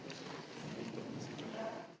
Hvala